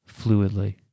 fluidly